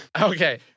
Okay